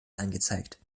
angezeigt